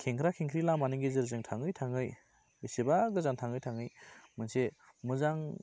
खेंख्रा खेंख्रि लामानि गेजेरजों थाङै थाङै बेसेबा गोजान थाङै थाङै मोनसे मोजां